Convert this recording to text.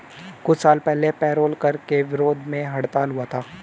कुछ साल पहले पेरोल कर के विरोध में हड़ताल हुआ था